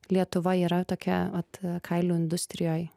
lietuva yra tokia vat kailių industrijoj